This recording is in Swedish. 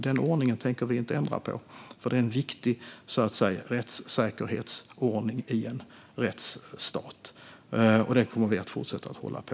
Den ordningen tänker vi inte ändra på eftersom det är en viktig rättssäkerhetsordning i en rättsstat. Den kommer vi att fortsätta att hålla på.